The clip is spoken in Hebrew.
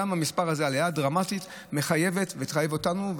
גם המספר הזה והעלייה הדרמטית מחייבים אותנו,